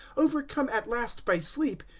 overcome at last by sleep,